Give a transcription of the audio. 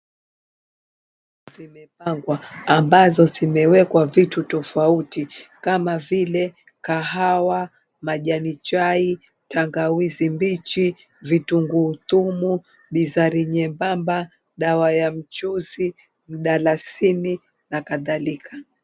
Viti vimepangwa ambavyo vimewekwa vitu tofauti kama vile kahawa, majani chai, tangawizi mbichi, vitungu thumu, bizari nyebamba, mchuuzi, dalasini na kadhalika.